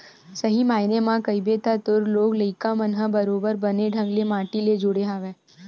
सही मायने म कहिबे त तोर लोग लइका मन ह बरोबर बने ढंग ले माटी ले जुड़े हवय